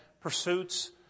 pursuits